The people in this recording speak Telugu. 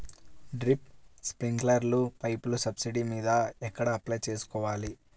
డ్రిప్, స్ప్రింకర్లు పైపులు సబ్సిడీ మీద ఎక్కడ అప్లై చేసుకోవాలి?